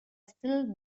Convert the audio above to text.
still